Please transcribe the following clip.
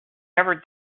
ever